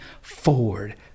forward